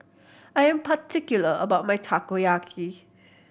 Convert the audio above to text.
I'm particular about my Takoyaki